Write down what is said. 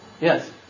Yes